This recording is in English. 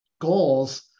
goals